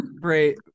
great